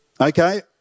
Okay